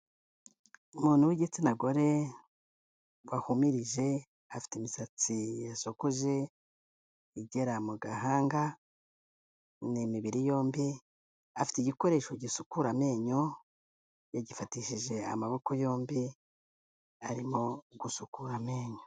Umuntu w'igitsina gore wahumirije, afite imisatsi yasokoje igera mu gahanga, n'imibiri yombi, afite igikoresho gisukura amenyo, yagifatishije amaboko yombi, arimo gusukura amenyo.